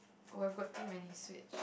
oh I've got too many switch